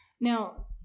Now